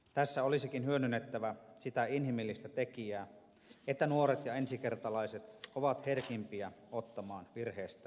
tässä olisikin hyödynnettävä sitä inhimillistä tekijää että nuoret ja ensikertalaiset ovat herkimpiä ottamaan virheestä opiksi